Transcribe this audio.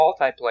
multiplayer